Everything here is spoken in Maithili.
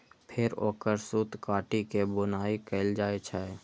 फेर ओकर सूत काटि के बुनाइ कैल जाइ छै